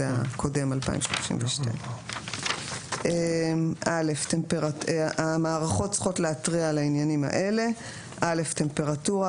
2037. הקודם הוא 2032. טמפרטורה,